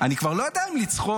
אני כבר לא יודע אם לצחוק,